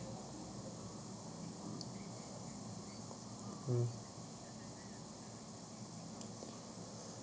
mm